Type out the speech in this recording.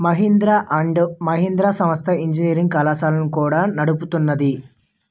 Mahindra and Mahindra సంస్థ engineering కళాశాలలను కూడా నడుపుతున్నాది